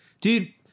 Dude